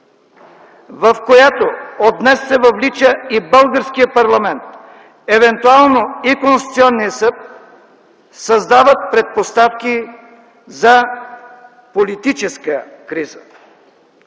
в която от днес се въвлича и българският парламент, евентуално и Конституционният съд, създава предпоставки за политическа криза.